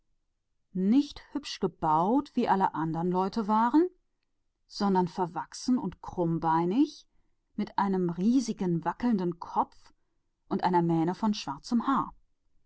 nicht richtig gestaltet wie alle anderen menschen sondern bucklig und krummbeinig mit großem hängendem kopf und einer mähne von schwarzem haar